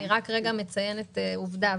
אני רק מציינת עובדה.